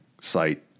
site